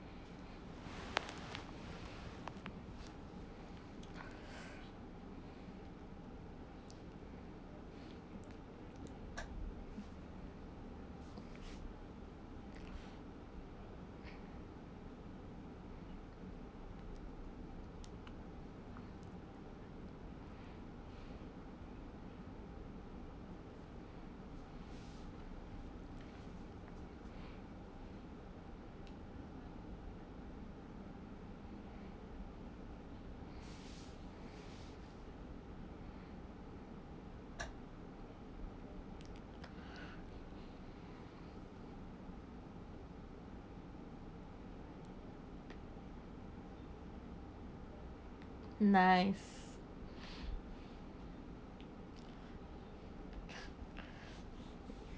nice